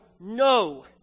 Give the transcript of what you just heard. no